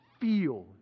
feel